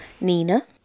Nina